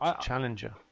challenger